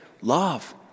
Love